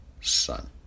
son